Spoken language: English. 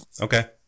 Okay